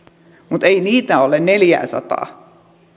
mutta ei niitä ole neljääsataa